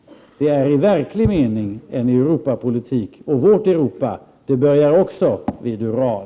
Den är i verklig mening en Europapolitik, och också vårt Europa börjar vid Ural.